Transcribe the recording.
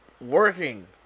Working